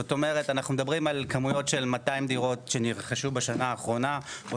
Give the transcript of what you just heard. זאת אומרת אנחנו מדברים כמויות של 200 דירות שנרכשו בשנה האחרונה או